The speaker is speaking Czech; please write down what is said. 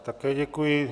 Také děkuji.